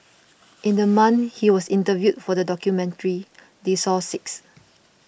in the month he was interviewed for the documentary they saw six